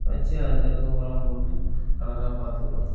வச்சி அதுக்கதுக்கு உரம் போட்டு அழகாக பார்த்துக்கறோம்